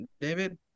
David